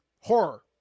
horror